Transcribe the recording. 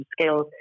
skills